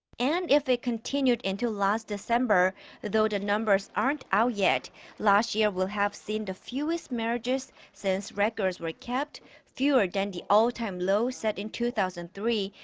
and if it continued into last december though the numbers aren't out yet last year will have seen the fewest marriages since records were kept fewer than the all-time low set in two thousand and three.